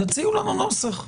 תציעו לנו נוסח.